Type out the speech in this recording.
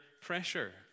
pressure